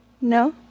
No